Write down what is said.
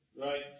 Right